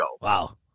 Wow